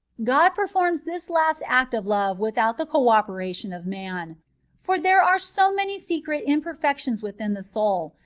god performs this last act of love without the co-operation of man for there are so many secret imperfections within the soul,